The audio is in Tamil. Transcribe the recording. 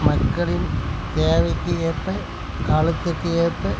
மக்களின் தேவைக்கு ஏற்ப காலத்திற்கு ஏற்ப